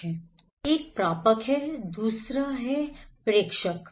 एक प्रापक है दूसरा एक है एक प्रेषक है दूसरा एक प्रापक है